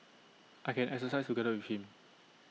I can exercise together with him